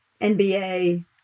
NBA